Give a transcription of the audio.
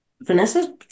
Vanessa